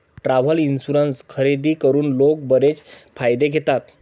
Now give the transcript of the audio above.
travel insurance खरेदी करून लोक बरेच फायदे घेतात